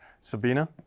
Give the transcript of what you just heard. Sabina